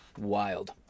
Wild